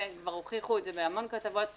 וכבר הוכיחו את זה בהמון כתבות בתקשורת,